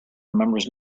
remembers